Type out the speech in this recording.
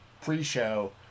pre-show